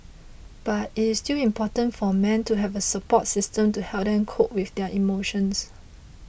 but it is still important for men to have a support system to help them cope with their emotions